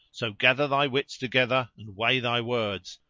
so gather thy wits together and weigh thy words,